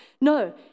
No